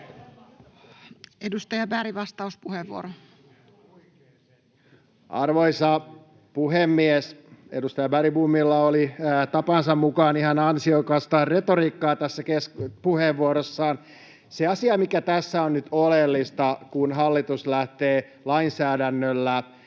Time: 22:05 Content: Arvoisa puhemies! Edustaja Bergbomilla oli tapansa mukaan ihan ansiokasta retoriikkaa puheenvuorossaan. — Se asia, mikä tässä on nyt oleellista, kun hallitus lähtee lainsäädännöllä